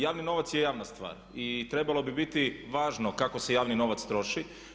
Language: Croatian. Javni novac je javna stvar i trebalo bi biti važno kako se javni novac troši.